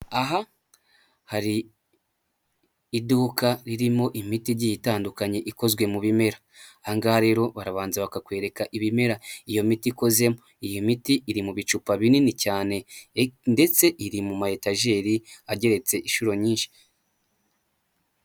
Aha hari iduka ririmo imiti igiye itandukanye ikozwe mu bimera. Ahangaha rero barabanza bakakwereka ibimera iyo miti ikozemo. Iyo miti iri mu bicupa binini cyane, ndetse iri mu ma etajeri ageretse inshuro nyinshi.